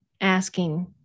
asking